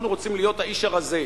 אנחנו רוצים להיות האיש הרזה.